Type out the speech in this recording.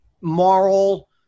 moral